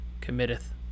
committeth